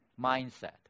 mindset